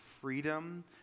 freedom